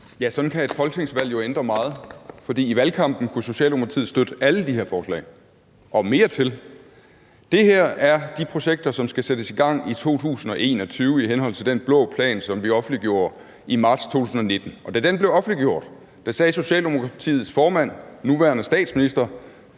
Ja, sådan kan et folketingsvalg jo ændre meget, for i valgkampen kunne Socialdemokratiet støtte alle de her forslag – og mere til. Det her er de projekter, som skal sættes i gang i 2021 i henhold til den blå plan, som vi offentliggjorde i marts 2019. Og da den blev offentliggjort, sagde Socialdemokratiets formand, den nuværende statsminister,